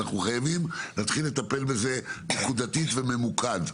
אנחנו חייבים להתחיל לטפל בזה נקודתית וממוקד.